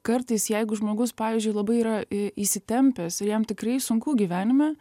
kartais jeigu žmogus pavyzdžiui labai yra įsitempęs ir jam tikrai sunku gyvenime